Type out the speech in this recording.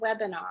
webinar